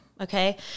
Okay